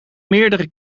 meerdere